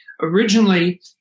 Originally